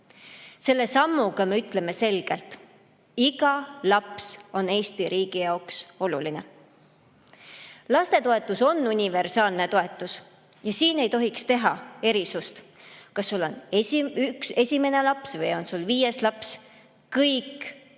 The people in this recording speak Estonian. Selle sammuga me ütleme selgelt: iga laps on Eesti riigi jaoks oluline. Lastetoetus on universaalne toetus ja siin ei tohiks teha erisust, kas sul on esimene laps või on sul viies laps. Kõik lapsed